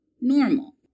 normal